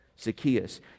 Zacchaeus